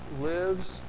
lives